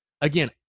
again